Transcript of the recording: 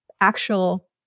actual